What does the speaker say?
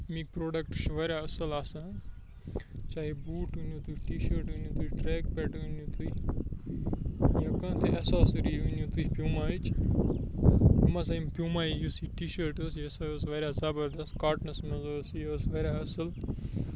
اَمِکۍ پرٛوڈَکٹ چھِ واریاہ اَصٕل آسان چاہے بوٗٹ أنِو تُہۍ ٹی شٲٹ أنِو تُہۍ ٹرٛیک پینٛٹ أنِو تُہۍ یا کانٛہہ تہِ ایساسٔری أنِو تُہۍ پیوٗماہٕچ یِم ہَسا یِم پیوٗما یُس یہِ ٹی شٲٹ ٲس یہِ ہَسا ٲس واریاہ زَبَردَس کاٹنَس منٛز ٲس یہِ ٲس واریاہ اَصٕل